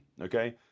Okay